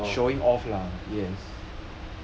showing off yes